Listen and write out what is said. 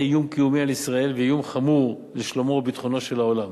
איום קיומי על ישראל ואיום חמור על שלומו וביטחונו של העולם.